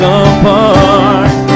apart